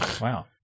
Wow